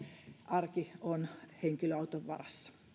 arki on henkilöauton varassa